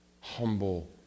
humble